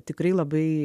tikrai labai